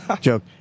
Joke